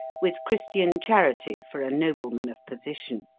with christian charity for a nobleman of position.